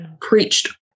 preached